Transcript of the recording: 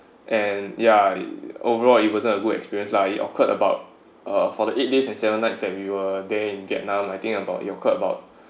and ya uh overall it wasn't a good experience lah it occured about uh for the eight days and seven nights that we were there in vietnam I think about it occured about